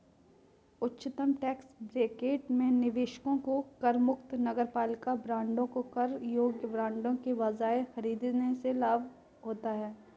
उच्चतम tax bracket में निवेशकों को करमुक्त नगरपालिका बांडों को कर योग्य बांडों के बजाय खरीदने से लाभ होता है